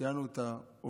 ציינו את האובדנות,